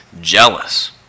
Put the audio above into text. jealous